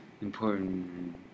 important